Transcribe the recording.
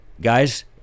guys